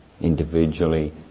individually